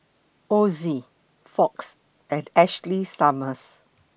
Ozi Fox and Ashley Summers